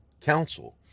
counsel